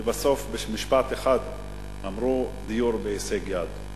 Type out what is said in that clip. ובסוף, במשפט אחד, אמרו: דיור בהישג יד.